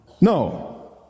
no